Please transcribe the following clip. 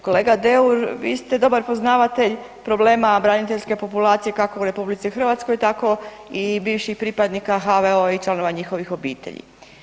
Kolega Deur, vi ste dobar poznavatelj problema braniteljske populacije kako u RH tako i bivših pripadnika HVO-a i članova njihovih obitelji.